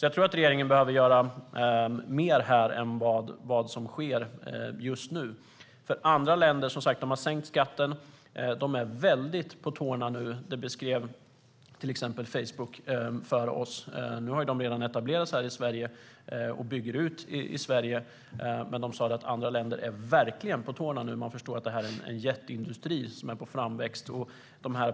Jag tror att regeringen behöver göra mer här än vad som görs just nu. Andra länder har som sagt sänkt skatten. De är väldigt på tårna nu. Det beskrev Facebook för oss. Nu har Facebook redan etablerat sig i Sverige och bygger ut här, men de sa till oss att andra länder också är på hugget. Man förstår att detta är en jätteindustri som är på framväxt.